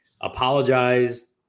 apologized